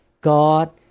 God